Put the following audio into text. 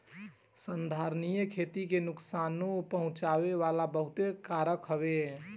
संधारनीय खेती के नुकसानो पहुँचावे वाला बहुते कारक हवे